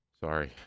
Sorry